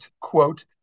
quote